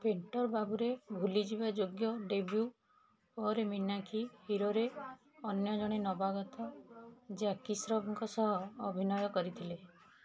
painter ବାବୁରେ ଭୁଲିଯିବା ଯୋଗ୍ୟ ଡେବ୍ୟୁ ପରେ ମୀନାକ୍ଷୀ ହିରୋରେ ଅନ୍ୟ ଜଣେ ନବାଗତ ଜ୍ୟାକି ସ୍ରଫଙ୍କ ସହ ଅଭିନୟ କରିଥିଲେ